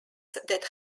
that